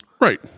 Right